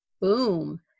boom